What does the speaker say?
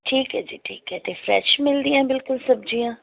ਠੀਕ ਹੈ ਜੀ ਠੀਕ ਹੈ ਅਤੇ ਫਰੈਸ਼ ਮਿਲਦੀਆਂ ਬਿਲਕੁਲ ਸਬਜ਼ੀਆਂ